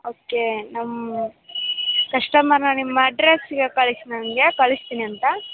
okay ನಮ್ಮ ಕಸ್ಟಮರ್ನ ನಿಮ್ಮ ಅಡ್ರೆಸ್ಗೆ ಕಳಿಸಿ ನಂಗೆ ಕಳಿಸ್ತಿನಿ ಅಂತ